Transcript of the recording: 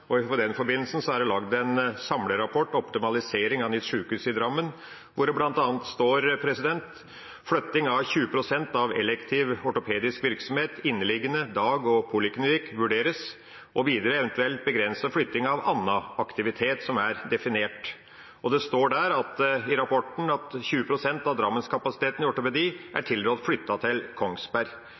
I den forbindelse er det laget en samlerapport, Optimalisering av nytt sykehus i Drammen, hvor det bl.a. står: «Flytting av 20 % av elektiv ortopedisk virksomhet vurderes.» Og videre: «Eventuell begrenset flytting av annen aktivitet», som er definert. Det står i rapporten at 20 pst. av Drammens kapasitet når det gjelder ortopedi, er tilrådd flyttet til Kongsberg.